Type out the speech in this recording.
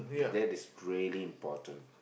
that is really important